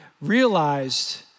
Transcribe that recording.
realized